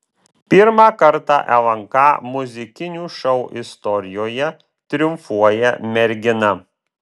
pirmą kartą lnk muzikinių šou istorijoje triumfuoja mergina